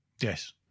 Yes